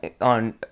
on